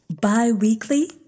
Bi-weekly